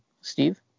steve